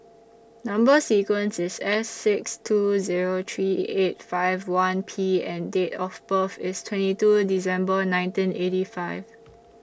Number sequence IS S six two Zero three eight five one P and Date of birth IS twenty two December nineteen eighty five